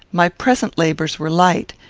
my present labours were light,